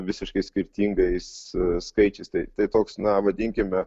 visiškai skirtingais skaičiais tai toks na vadinkime